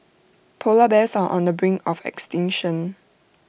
Polar Bears are on the brink of extinction